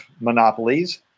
monopolies